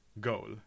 goal